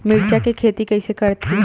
मिरचा के खेती कइसे करथे?